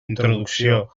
introducció